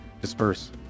disperse